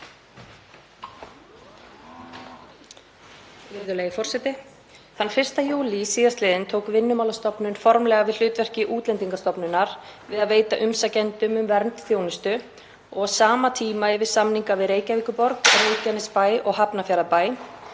Þann 1. júlí síðastliðinn tók Vinnumálastofnun formlega við hlutverki Útlendingastofnunar við að veita umsækjendum um vernd þjónustu og á sama tíma yfir samninga við Reykjavíkurborg, Reykjanesbæ og Hafnarfjarðarbæ